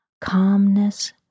calmness